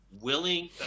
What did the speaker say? willing